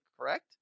correct